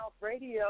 Radio